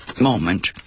moment